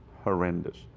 horrendous